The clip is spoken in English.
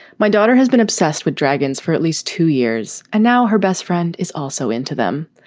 my daughter has been obsessed with dragons for at least two years, and now her best friend is also into them.